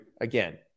again